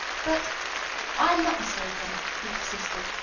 but i am not mistaken, he persisted.